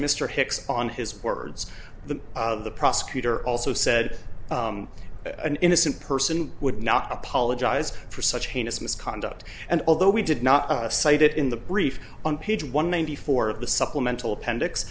mr hicks on his words the the prosecutor also said an innocent person would not apologize for such heinous misconduct and although we did not cite it in the brief on page one ninety four of the supplemental appendix